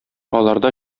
аларда